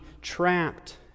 trapped